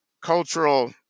cultural